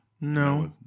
No